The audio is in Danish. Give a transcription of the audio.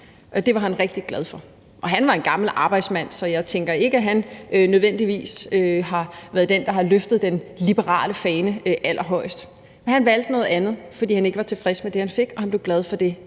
det var han rigtig glad for. Og han var en gammel arbejdsmand, så jeg tænker ikke, at han nødvendigvis har løftet den liberale fane allerhøjest. Men han valgte noget andet, fordi han ikke var tilfreds med det, han fik, og han blev glad for det,